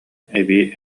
эбии